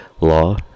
law